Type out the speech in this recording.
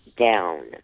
down